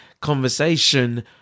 conversation